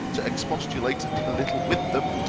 to expostulate a little with them.